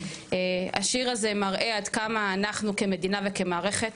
השיר הזה מראה עד כמה אנחנו כמדינה ומערכת